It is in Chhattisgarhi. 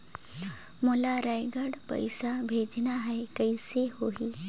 मोला रायगढ़ पइसा भेजना हैं, कइसे होही?